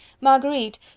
Marguerite